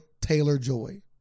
Taylor-Joy